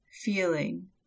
feeling